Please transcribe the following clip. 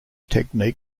technique